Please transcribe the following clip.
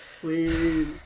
please